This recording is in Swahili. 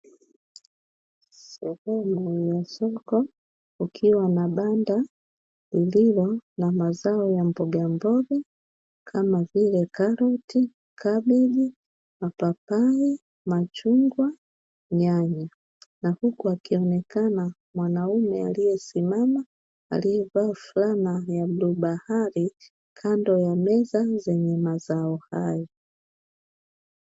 Sehemu yenye soko, kukiwa na banda lililo na mazao ya mbogamboga kama vile: karoti, kabeji, mapapai, machungwa, nyanya, na huku akionekana mwanaume aliye simama aliyevaa flana ya bluu bahari, kando ya meza zenye mazao hayo.